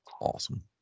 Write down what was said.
awesome